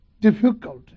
difficulty